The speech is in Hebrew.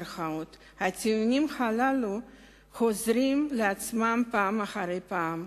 הטיעונים הללו חוזרים על עצמם פעם אחרי פעם,